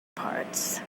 parts